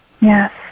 Yes